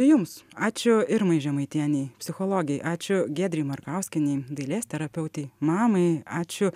jums ačiū irmai žemaitienei psichologei ačiū giedrei markauskienei dailės terapeutei mamai ačiū